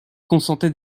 consentait